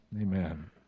Amen